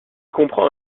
comprend